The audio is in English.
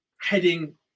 heading